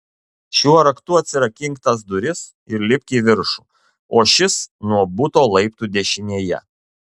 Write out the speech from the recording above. šiuo raktu atsirakink tas duris ir lipk į viršų o šis nuo buto laiptų dešinėje